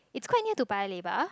it's quite near to Paya-Lebar